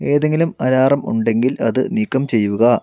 ഏതെങ്കിലും അലാറം ഉണ്ടെങ്കിൽ അത് നീക്കം ചെയ്യുക